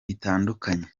bitandukanye